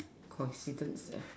coincidence eh